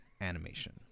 animation